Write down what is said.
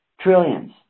trillions